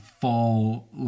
fall